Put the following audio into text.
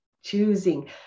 Choosing